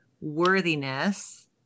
worthiness